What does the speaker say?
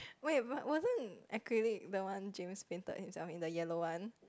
wait what wasn't acrylic the one Jimmy painted himself in the yellow one